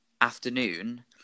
Afternoon